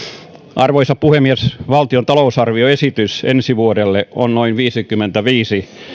arvoisa puhemies valtion talousarvioesitys ensi vuodelle on noin viisikymmentäviisi